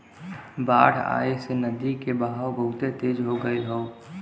बाढ़ आये से नदी के बहाव बहुते तेज हो गयल हौ